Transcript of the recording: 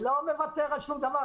לא מוותר על שום דבר.